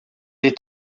est